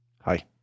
Hi